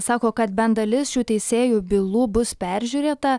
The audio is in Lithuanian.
sako kad bent dalis šių teisėjų bylų bus peržiūrėta